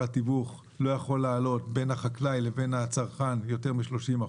התיווך בין החקלאי לבין הצרכן לא יכול לעלות ביותר מ-30%.